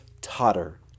totter